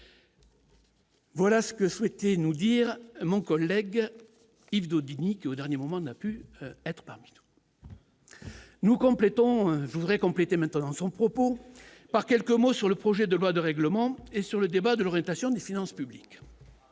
Voilà ce que souhaitez nous dire mon collègue Yves Daudigny qui au dernier moment, n'a pu être. Nous complétons je voudrais compléter maintenant son propos par quelques mots sur le projet de loi de règlement et sur le débat de l'orientation des finances publiques,